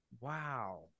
Wow